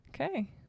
Okay